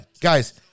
Guys